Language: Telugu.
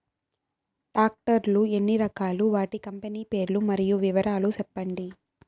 టాక్టర్ లు ఎన్ని రకాలు? వాటి కంపెని పేర్లు మరియు వివరాలు సెప్పండి?